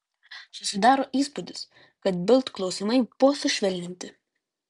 susidaro įspūdis kad bild klausimai buvo sušvelninti